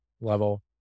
level